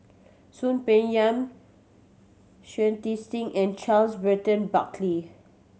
Soon Peng Yam Shui Tit Sing and Charles Burton Buckley